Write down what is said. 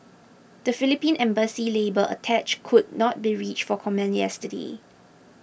the Philippine Embassy's labour attach could not be reached for comment yesterday